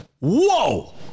whoa